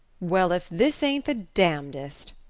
well, if this ain't the damnedest!